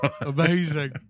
Amazing